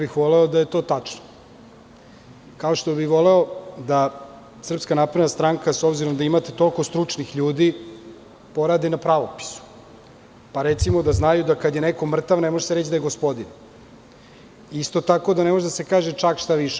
Voleo bih da je to tačno, kao što bih voleo da SNS, s obzirom da imate toliko stručnih ljudi, poradi na pravopisu, pa, recimo, da znaju da kada je neko mrtav ne može se reći da je gospodin, isto tako da ne može da se kaže - čak šta više.